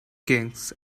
kings